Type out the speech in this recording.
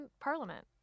parliament